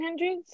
1800s